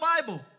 Bible